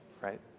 right